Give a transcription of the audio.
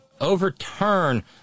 overturn